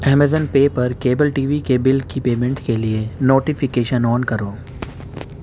Amazon pay پر cable TV کے bill کی پیمنٹ کے لیے نوٹیفیکیشن آن کرو